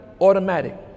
automatic